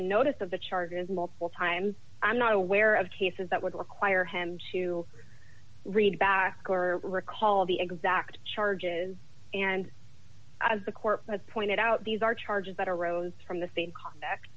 n notice of the charges multiple times i'm not aware of cases that would require him to read back or recall the exact charges and as the court has pointed out these are charges that arose from the same con